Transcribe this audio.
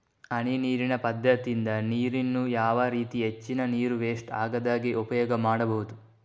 ಹನಿ ನೀರಿನ ಪದ್ಧತಿಯಿಂದ ನೀರಿನ್ನು ಯಾವ ರೀತಿ ಹೆಚ್ಚಿನ ನೀರು ವೆಸ್ಟ್ ಆಗದಾಗೆ ಉಪಯೋಗ ಮಾಡ್ಬಹುದು?